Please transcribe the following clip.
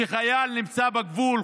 שחייל נמצא בגבול,